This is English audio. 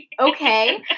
okay